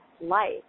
life